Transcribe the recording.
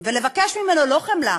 ולבקש ממנו לא חמלה,